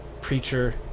preacher